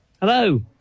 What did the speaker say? Hello